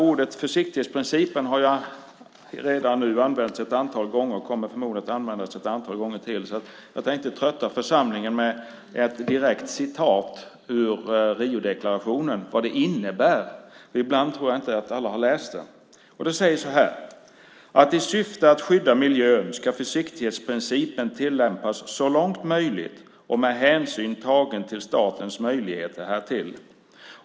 Ordet försiktighetsprincipen har redan nu använts ett antal gånger och kommer förmodligen att användas ett antal gånger till, så jag tänkte trötta församlingen med ett direkt citat ur Riodeklarationen om vad det innebär. Ibland tror jag inte att alla har läst den. Det står så här: "I syfte att skydda miljön ska försiktighetsprincipen tillämpas så långt möjligt och med hänsyn tagen till statens möjligheter härtill.